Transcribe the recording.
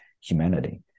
humanity